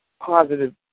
positive